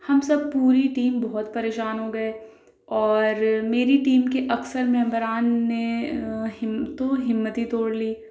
ہم سب پوری ٹیم بہت پریشان ہو گئے اور میری ٹیم کے اکثر ممبران نے ہم تو ہمت ہی توڑ لی